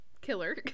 killer